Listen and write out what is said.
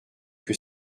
que